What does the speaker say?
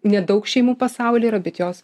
nedaug šeimų pasaulyje yra bet jos